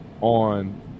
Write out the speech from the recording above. on